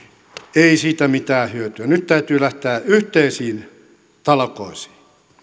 ei siitä ole mitään hyötyä nyt täytyy lähteä yhteisiin talkoisiin